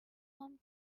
home